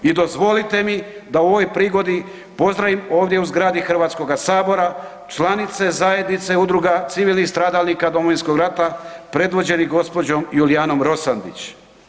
I dozvolite mi da u ovoj prigodi pozdravim ovdje u zgradi Hrvatskoga sabora članice zajednice udruga civilnih stradalnika Domovinskog rata predvođenih gospođom Julijanom Rosandić.